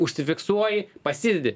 užsifiksuoji pasidedi